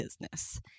business